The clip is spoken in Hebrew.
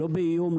לא באיום,